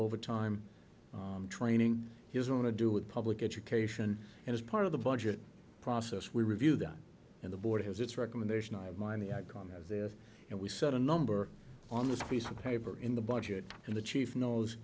over time training his own to do with public education and as part of the budget process we review that in the board has its recommendation i mind the outcome of this and we set a number on the piece of paper in the budget and the chief knows